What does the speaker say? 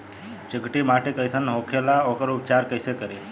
चिकटि माटी कई सन होखे ला वोकर उपचार कई से करी?